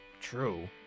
True